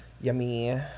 Yummy